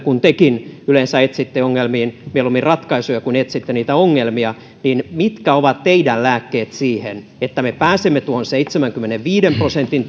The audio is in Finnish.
kun tekin yleensä etsitte mieluummin ratkaisuja kuin niitä ongelmia mitkä ovat teidän lääkkeenne siihen että me pääsemme tuohon seitsemänkymmenenviiden prosentin